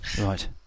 Right